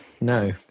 No